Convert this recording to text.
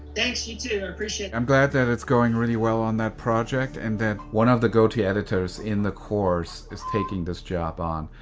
thanks, you too, i appreciate it. i'm glad that it's going really well on that project and that one of the go-to editors in the course is taking this job on,